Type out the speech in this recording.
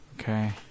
Okay